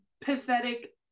pathetic